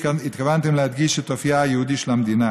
התכוונתם להדגיש את אופייה היהודי של המדינה,